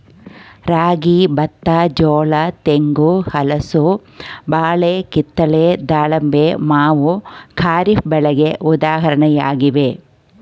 ರಾಗಿ, ಬತ್ತ, ಜೋಳ, ತೆಂಗು, ಹಲಸು, ಬಾಳೆ, ಕಿತ್ತಳೆ, ದಾಳಿಂಬೆ, ಮಾವು ಖಾರಿಫ್ ಬೆಳೆಗೆ ಉದಾಹರಣೆಯಾಗಿವೆ